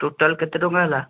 total କେତେ ଟଙ୍କା ହେଲା